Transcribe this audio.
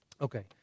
Okay